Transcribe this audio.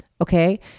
okay